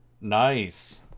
nice